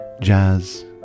jazz